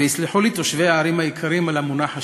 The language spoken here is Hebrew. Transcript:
ויסלחו לי תושבי הערים היקרים על המונח השאול.